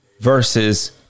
versus